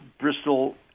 Bristol